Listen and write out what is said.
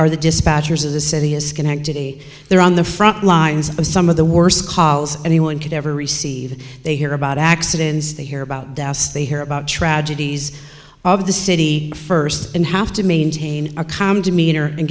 are the dispatchers of the city is schenectady they're on the front lines of some of the worst calls anyone could ever receive they hear about accidents they hear about the house they hear about tragedies of the city first and have to maintain a calm demeanor and